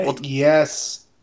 Yes